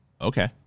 okay